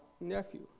nephew